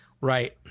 right